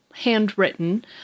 handwritten